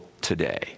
today